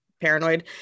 paranoid